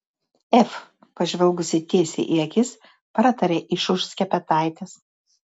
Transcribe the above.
ef pažvelgusi tiesiai į akis pratarė iš už skepetaitės